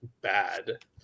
bad